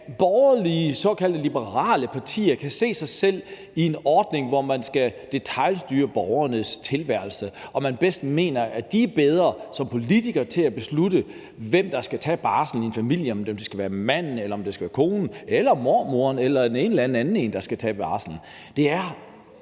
at borgerlige, såkaldt liberale partier kan se sig selv i en ordning, hvor man skal detailstyre borgernes tilværelse, og hvor man som politiker mener, at man er bedre til at beslutte, hvem der skal tage barslen i familierne – om det skal være manden, konen, mormoren eller en eller anden anden, der skal tage barslen. Uha!